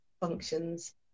functions